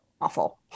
awful